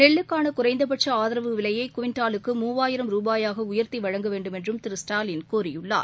நெல்லுக்கான குறைந்தபட்ச ஆதரவு விலையை குவிண்டாலுக்கு மூவாயிரம் ரூபாயாக உயர்த்தி வழங்க வேண்டுமென்றும் திரு ஸ்டாலின் கோரியுள்ளார்